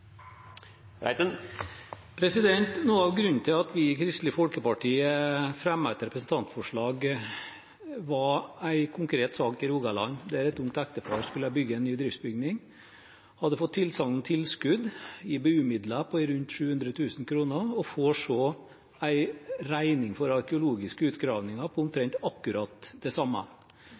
Noe av grunnen til at vi i Kristelig Folkeparti fremmet et representantforslag, var en konkret sak i Rogaland der et ungt ektepar skulle bygge en ny driftsbygning. De hadde fått tilsagn om tilskudd i BU-midler på rundt 700 000 kr, og så får de en regning for arkeologiske utgravninger på omtrent akkurat det samme.